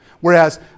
Whereas